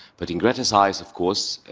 but in greta's eyes, of course,